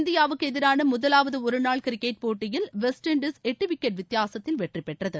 இந்தியாவுக்கு எதிரான முதவாவது ஒருநாள் கிரிக்கெட் போட்டியில் வெஸ்ட்இண்டீஸ் எட்டு விக்கெட் வித்தியாசத்தில் வெற்றி பெற்றது